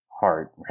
heart